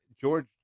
George